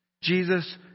Jesus